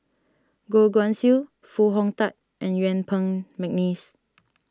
Goh Guan Siew Foo Hong Tatt and Yuen Peng McNeice